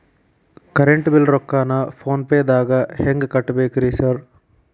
Current bill ರೊಕ್ಕಾನ phone ಪೇದಾಗ ಹೆಂಗ್ ಕಟ್ಟಬೇಕ್ರಿ ಸರ್?